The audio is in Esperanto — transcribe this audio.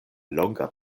longa